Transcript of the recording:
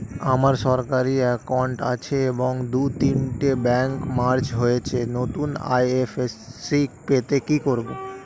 আমার সরকারি একাউন্ট আছে এবং দু তিনটে ব্যাংক মার্জ হয়েছে, নতুন আই.এফ.এস.সি পেতে কি করব?